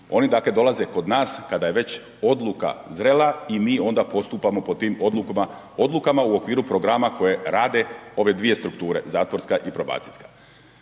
oni dolaze kod nas kada je već odluka zrela i mi onda postupamo po tim odlukama u okviru programa koje rade ove dvije strukture zatvorska i probacijska.